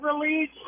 release